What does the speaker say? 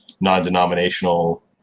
non-denominational